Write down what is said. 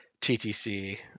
TTC